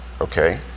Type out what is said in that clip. okay